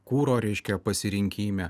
kuro reiškia pasirinkime